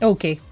Okay